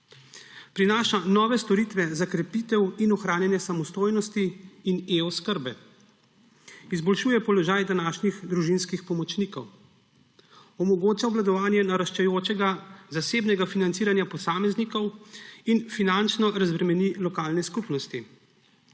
prinaša nove storitve za krepitev in ohranjanje samostojnosti in e-oskrbe, izboljšuje položaj današnjih družinskih pomočnikov, omogoča obvladovanje naraščajočega zasebnega financiranja posameznikov in finančno razbremeni lokalne skupnosti.